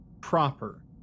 proper